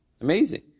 Amazing